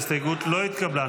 ההסתייגות לא התקבלה.